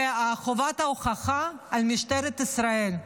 וחובת ההוכחה על משטרת ישראל.